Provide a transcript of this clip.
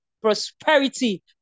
prosperity